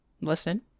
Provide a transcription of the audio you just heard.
listen